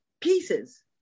pieces